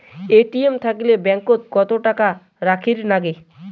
ATM থাকিলে account ওত কত টাকা রাখীর নাগে?